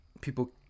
people